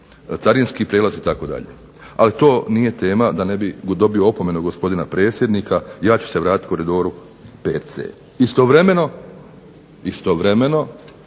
carinski prijelaz itd. ali to nije tema da ne bi dobio opomenu gospodina predsjednika, ja ću se vratiti Koridoru 5C. Istovremeno dakle